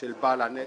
של בעל הנכס,